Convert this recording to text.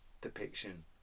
depiction